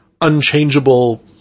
unchangeable